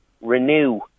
renew